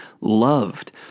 loved